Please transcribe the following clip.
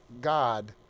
God